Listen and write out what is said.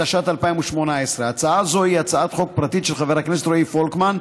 התשע"ט 2018. הצעה זו היא הצעת חוק פרטית של חבר הכנסת רועי פולקמן,